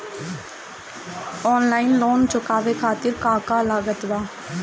Online loan चुकावे खातिर का का लागत बा?